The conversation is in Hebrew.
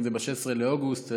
אם זה מ-16 באוגוסט,